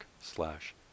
slash